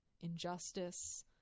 injustice